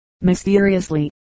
mysteriously